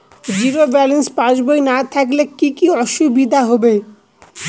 Zero balance পাসবই না থাকলে কি কী অসুবিধা হবে?